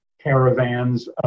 caravans